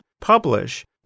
publish